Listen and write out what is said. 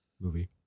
movie